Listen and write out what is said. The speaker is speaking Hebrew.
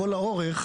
כל האורך,